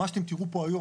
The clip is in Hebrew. מה שאתם תראו פה היום,